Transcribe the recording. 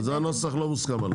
זה נוסח שלא הוסכם עליו.